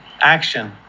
action